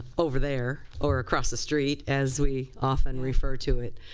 over there or across the street as we often refer to it.